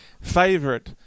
favorite